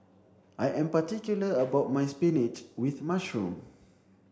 I am particular about my spinach with mushroom